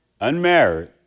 unmarried